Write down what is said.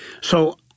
So-